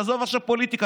עזוב עכשיו פוליטיקה,